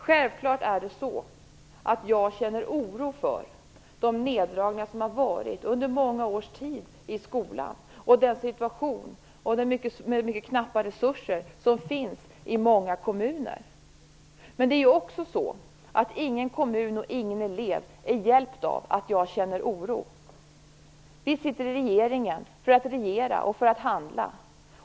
Självklart känner jag oro för de neddragningar som har skett under många års tid i skolan och för den situation med mycket knappa resurser som finns i många kommuner. Men ingen kommun och ingen elev är hjälpt av att jag känner oro. Vi sitter i regeringen för att regera, för att handla.